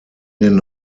den